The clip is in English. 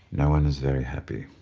no one is very happy.